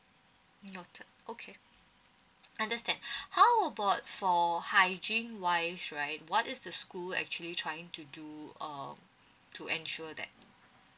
noted okay understand how about for hygiene wise right what is the school actually trying to do uh to ensure that